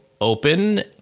open